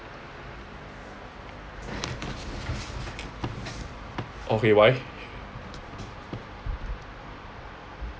okay why